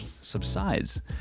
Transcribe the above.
subsides